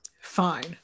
Fine